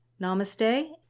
Namaste